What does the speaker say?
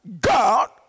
God